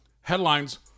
headlines